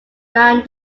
around